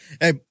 Hey